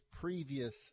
previous